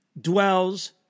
dwells